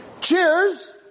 cheers